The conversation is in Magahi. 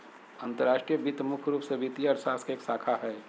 अंतर्राष्ट्रीय वित्त मुख्य रूप से वित्तीय अर्थशास्त्र के एक शाखा हय